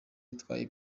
itwaye